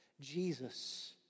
Jesus